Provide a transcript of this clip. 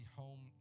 home